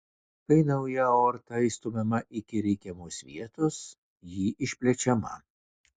kai nauja aorta įstumiama iki reikiamos vietos ji išplečiama